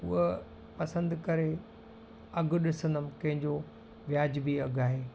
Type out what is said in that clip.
उहा पसंदि करे अघु ॾिसंदमि कंहिंजो वाजिबी अघु आहे